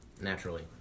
Naturally